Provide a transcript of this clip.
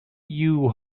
you